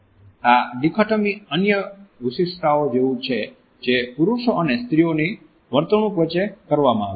આ ડિકોટોમી અન્ય વિશિષ્ટતા જેવું જ છે જે પુરુષો અને સ્ત્રીઓની વર્તણૂક વચ્ચે કરવામાં આવ્યું છે